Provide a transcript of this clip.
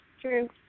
True